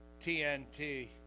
TNT